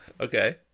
Okay